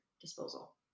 disposal